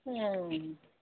ꯎꯝ